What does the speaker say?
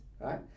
right